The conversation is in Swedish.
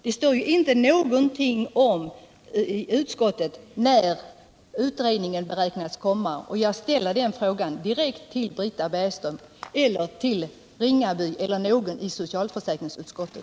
Det står ju inte någonting i betänkandet om när utredningen väntas komma med sitt betänkande. Jag ställer den frågan direkt till Britta Bergström eller till Per-Eric Ringaby eller till någon annan i socialförsäkringsutskottet.